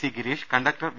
C Girish conductor V